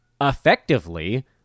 effectively